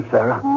Sarah